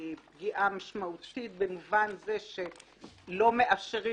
פגיעה משמעותית במובן זה שלא מאפשרים